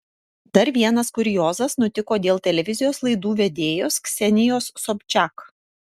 dar vienas kuriozas nutiko dėl televizijos laidų vedėjos ksenijos sobčiak